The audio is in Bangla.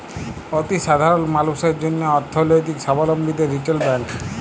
অতি সাধারল মালুসের জ্যনহে অথ্থলৈতিক সাবলম্বীদের রিটেল ব্যাংক